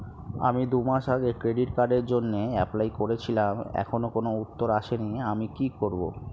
আমি দুমাস আগে ক্রেডিট কার্ডের জন্যে এপ্লাই করেছিলাম এখনো কোনো উত্তর আসেনি আমি কি করব?